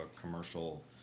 commercial